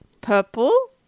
Purple